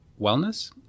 wellness